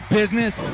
business